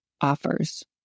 offers